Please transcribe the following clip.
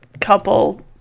couple